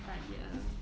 but ya